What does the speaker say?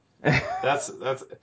That's—that's